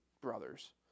brothers